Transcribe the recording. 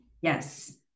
yes